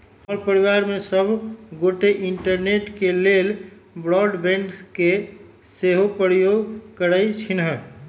हमर परिवार में सभ गोटे इंटरनेट के लेल ब्रॉडबैंड के सेहो प्रयोग करइ छिन्ह